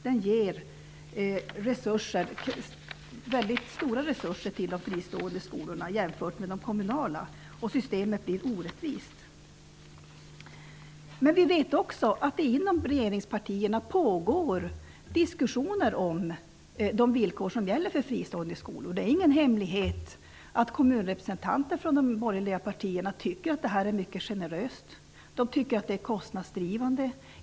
Den ger väldigt stora resurser till de fristående skolorna jämfört med de kommunala. Systemet blir orättvist. Vi vet också att det inom regeringspartierna pågår diskussioner om de villkor som gäller för fristående skolor. Det är ingen hemlighet att kommunrepresentanter från de borgerliga partierna tycker att systemet är mycket generöst. De tycker att det är kostnadsdrivande.